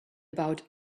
about